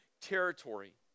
territory